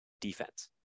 defense